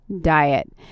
diet